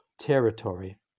territory